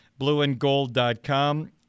blueandgold.com